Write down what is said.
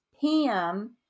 Pam